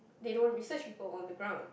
they don't research people on the ground